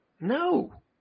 No